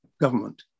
government